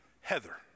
Heather